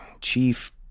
Chief